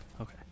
Okay